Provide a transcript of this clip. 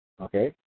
Okay